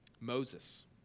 Moses